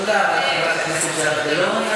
תודה רבה, חברת הכנסת זהבה גלאון.